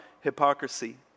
hypocrisy